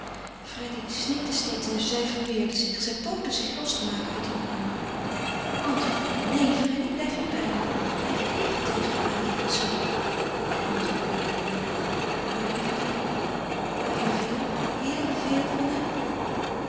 freddy snikte steeds en zij verweerde zich zij poogde zich los te maken uit die omarming antwoord me neen freddy blijf nu bij me blijf even tegen me aanliggen zoo en antwoord me nu hou je van paul hou je veel heel veel van hem